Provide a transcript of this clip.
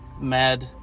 mad